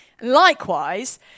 Likewise